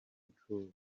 patrol